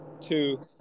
two